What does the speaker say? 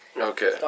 okay